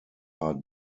are